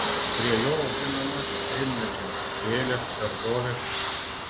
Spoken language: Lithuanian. prie jo auginama citrinmedžiai gėlės daržovės